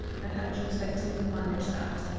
and how do you expect to manage that?